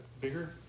bigger